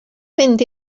mynd